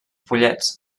pollets